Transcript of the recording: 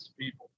people